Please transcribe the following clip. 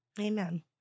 Amen